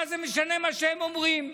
מה זה משנה מה שהם אומרים?